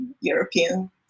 European